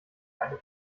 eine